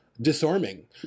Disarming